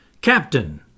Captain